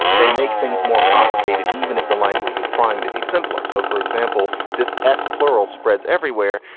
they make things more complicated, even if the language was trying to be simpler. so for example, this s plural spreads everywhere.